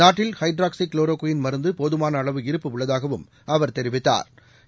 நாட்டில் hydroxychloroquine மருந்து போதுமான அளவு இருப்பு உள்ளதாகவும் அவர் தெரிவித்தா்